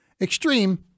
Extreme